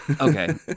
Okay